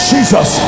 Jesus